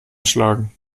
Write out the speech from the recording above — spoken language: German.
schlagen